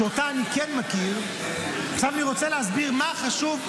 שאותה אני כן, אני רוצה להסביר מה חשוב.